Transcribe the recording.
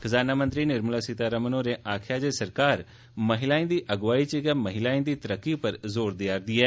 खजाना मंत्री निर्मला सीतारमण होरें आक्खेया ऐ जे सरकार महिलायें दी अगुआई च गै महिलायें दी तरक्की उप्पर जोर देआ'रदी ऐ